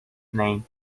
name